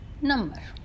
number